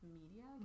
media